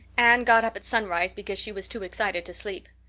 anne got up at sunrise because she was too excited to sleep.